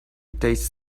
tastes